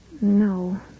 No